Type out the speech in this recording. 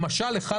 למשל, אחד